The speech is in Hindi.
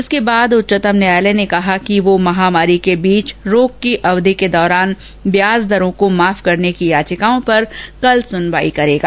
इसके बाद उच्चतम न्यायालय ने कहा कि वह महामारी को बीच रोक की अवधि के दौरान व्याज दरो को माफ करने की याचिकाओं पर कल सुनवाई करेगा